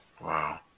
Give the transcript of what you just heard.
Wow